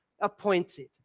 appointed